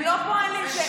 זה לא נועד בשביל הילדים,